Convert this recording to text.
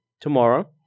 tomorrow